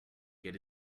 get